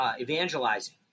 evangelizing